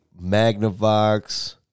Magnavox